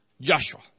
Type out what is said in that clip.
Joshua